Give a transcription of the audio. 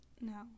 No